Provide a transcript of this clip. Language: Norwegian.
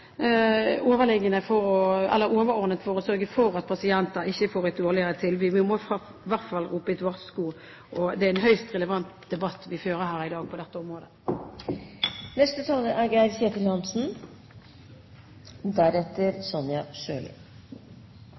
for å sørge for at pasienter ikke får et dårligere tilbud. Vi må i hvert fall rope et varsku. Og det er en høyst relevant debatt vi fører her i dag på dette området.